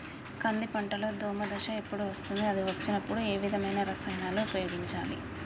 కంది పంటలో దోమ దశ ఎప్పుడు వస్తుంది అది వచ్చినప్పుడు ఏ విధమైన రసాయనాలు ఉపయోగించాలి?